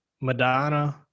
Madonna